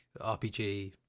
RPG